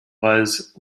was